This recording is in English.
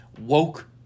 woke